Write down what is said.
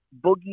Boogie